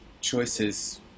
choices